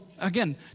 again